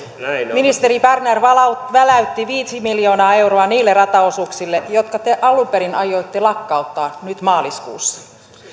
ministeri berner väläytti väläytti viisi miljoonaa euroa niille rataosuuksille jotka te alun perin aioitte lakkauttaa nyt maaliskuussa